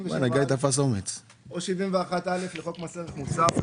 67א או 71א לחוק מס ערך מוסף,